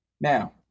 Now